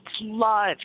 love